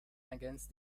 against